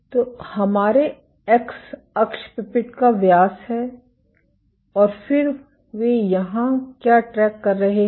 तो हमारे एक्स अक्ष पिपेट का व्यास है और फिर वे यहां क्या ट्रैक कर रहे हैं